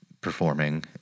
performing